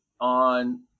on